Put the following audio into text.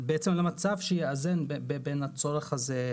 למצב שיאזן בין הצורך הזה,